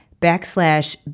backslash